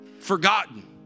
forgotten